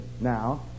Now